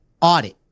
audit